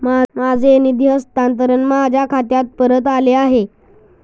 माझे निधी हस्तांतरण माझ्या खात्यात परत आले आहे